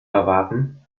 erwarten